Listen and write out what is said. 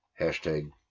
Hashtag